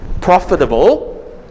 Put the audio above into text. profitable